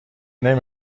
نمی